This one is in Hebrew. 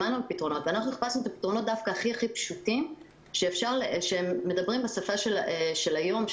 אנחנו חיפשנו את הפתרונות דווקא הכי פשוטים שמדברים בשפה של היום,